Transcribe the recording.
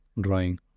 drawing